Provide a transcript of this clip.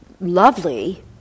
lovely